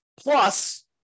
Plus